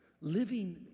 living